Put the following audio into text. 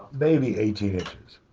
maybe eighteen inches,